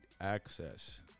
access